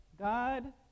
God